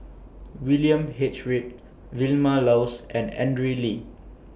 William H Read Vilma Laus and Andrew Lee